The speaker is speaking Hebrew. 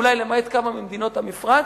אולי למעט כמה ממדינות המפרץ.